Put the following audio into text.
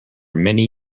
many